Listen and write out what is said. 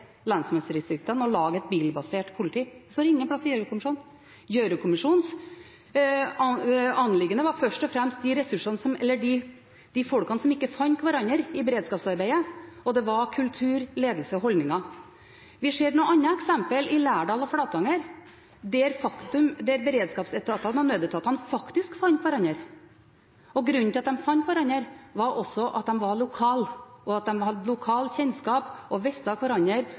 lensmannsdistriktene og lage et bilbasert politi. Gjørv-kommisjonens anliggende var først og fremst de folkene som ikke fant hverandre i beredskapsarbeidet – og det var kultur, ledelse og holdninger. Vi ser noen andre eksempler i Lærdal og Flatanger, der beredskapsetatene og nødetatene faktisk fant hverandre. Grunnen til at de fant hverandre, var at de var lokale – at de hadde lokal kjennskap, visste om hverandre, og